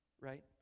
right